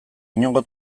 inongo